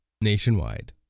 nationwide